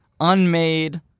unmade